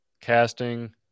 casting